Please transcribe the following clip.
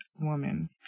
woman